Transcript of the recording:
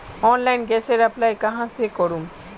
Online गैसेर apply कहाँ से करूम?